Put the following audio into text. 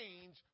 change